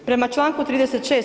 Prema članku 36.